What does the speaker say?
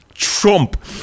Trump